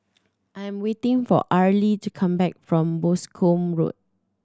I'm waiting for Arlie to come back from Boscombe Road